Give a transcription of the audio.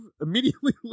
immediately